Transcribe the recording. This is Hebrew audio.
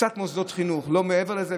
יש קצת מוסדות חינוך ולא מעבר לזה,